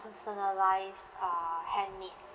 personalised err handmade